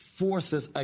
forces